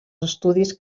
estudis